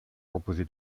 composé